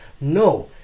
No